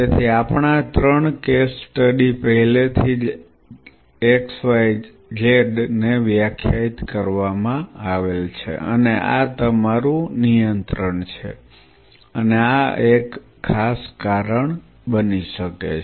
તેથી આપણા ત્રણ કેસ સ્ટડીઝ પહેલેથી જ x y z ને વ્યાખ્યાયિત કરવામાં આવેલ છે અને આ તમારું નિયંત્રણ છે અને આ એક ખાસ કારણ બની શકે છે